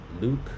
Luke